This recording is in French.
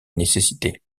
nécessité